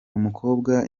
umukobwa